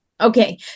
okay